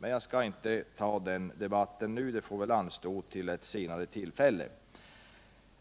Den debatten skall jag emellertid inte ta upp nu, utan den får anstå till ett senare tillfälle.